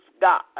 God